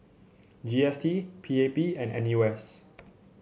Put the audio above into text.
G S T P A P and N U S